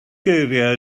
geiriau